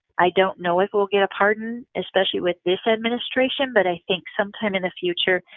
i don't know if we'll get a pardon, especially with this administration, but i think sometime in the future,